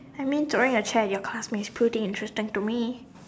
I mean during the chair your class was pretty interested into me